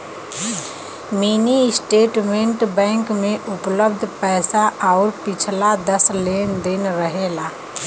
mini statement bank में उपलब्ध पैसा आउर पिछला दस लेन देन रहेला